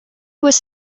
was